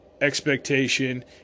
expectation